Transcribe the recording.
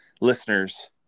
listeners